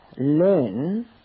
learn